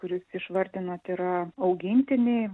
kur jūs išvardinot yra augintiniai